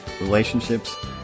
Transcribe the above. relationships